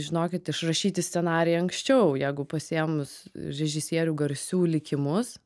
žinokit išrašyti scenarijai anksčiau jeigu pasiėmus režisierių garsių likimus